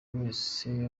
wese